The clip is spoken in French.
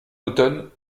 automne